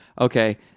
okay